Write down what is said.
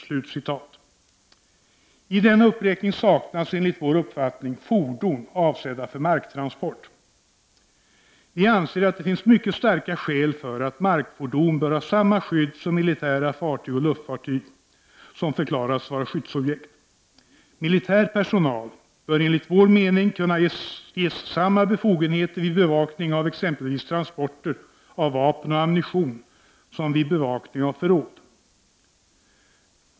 I denna uppräkning saknas enligt vår uppfattning fordon avsedda för marktransport. Vi anser att det finns mycket starka skäl för att markfordon bör ha samma skydd som militära fartyg och luftfartyg som förklarats vara skyddsobjekt. Militär personal bör enligt vår mening kunna ges samma befogenheter vid bevakning av exempelvis transporter av vapen och ammunition som vid bevakning av förråd.